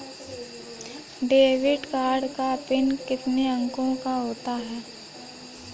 Debit card का PIN कितने अंकों का होता है?